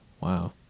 Wow